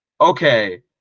okay